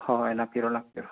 ꯍꯣꯏ ꯍꯣꯏ ꯂꯥꯛꯄꯤꯔꯣ ꯂꯥꯛꯄꯤꯔꯣ